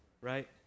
right